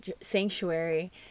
sanctuary